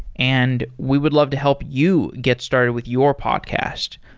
and we would love to help you get started with your podcast.